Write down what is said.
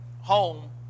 home